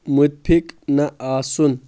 مُتفِق نہٕ آسُن